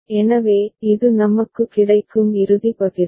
எனவே இது நமக்கு கிடைக்கும் இறுதி பகிர்வு